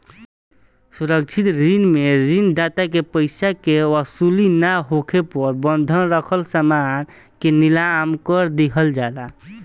सुरक्षित ऋण में ऋण दाता के पइसा के वसूली ना होखे पर बंधक राखल समान के नीलाम कर दिहल जाला